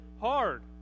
hard